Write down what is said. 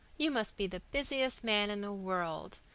you must be the busiest man in the world.